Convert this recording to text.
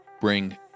bring